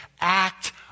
act